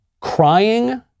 crying